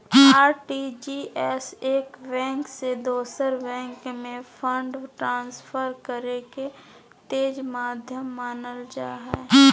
RTGS एक bank से दोसर बैंक में फंड ट्रांसफर करे के तेज माध्यम मानल जा हय